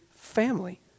family